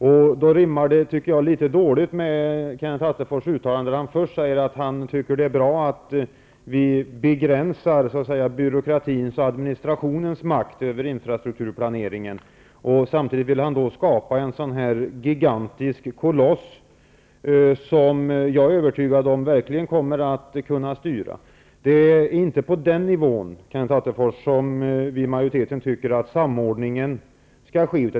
Jag tycker att det rimmar litet dåligt med Kenneth Attefors uttalande om att han tycker att det är bra att man begränsar byråkratins och administrationens makt över infrastrukturplaneringen. Men samtidigt vill han skapa en gigantisk koloss, som jag är övertygad om kommer att kunna styra. Det är inte på den nivån, Kenneth Attefors, som vi i majoriteten tycker att samordningen skall ske.